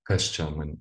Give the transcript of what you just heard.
kas čia man